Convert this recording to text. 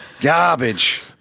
garbage